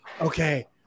okay